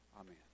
Amen